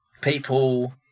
People